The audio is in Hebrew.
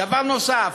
דבר נוסף,